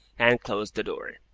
and closed the door.